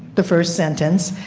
the first sentence.